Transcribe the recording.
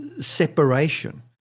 separation